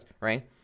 right